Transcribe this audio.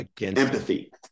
Empathy